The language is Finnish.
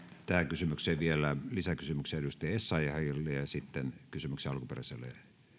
tähän kysymykseen vielä lisäkysymyksen edustaja essayahille ja sitten kysymyksen alkuperäiselle